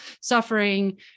suffering